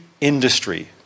industry